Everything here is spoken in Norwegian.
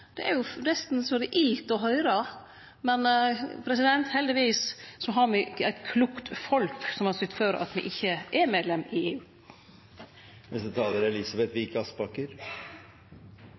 nesten så det er ilt å høyre. Heldigvis har me eit klokt folk som har sytt for at me ikkje er medlem i